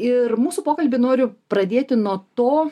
ir mūsų pokalbį noriu pradėti nuo to